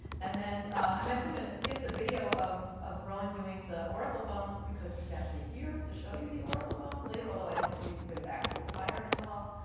and then i'm actually going to skip the video of of rowan doing the oracle bones because he's actually here to show you the oracle bones later. although i don't believe there's actual fire involved.